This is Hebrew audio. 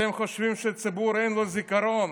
אתם חושבים שלציבור אין זיכרון?